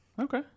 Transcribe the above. okay